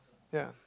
ya